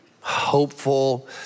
hopeful